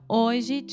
hoje